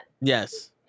Yes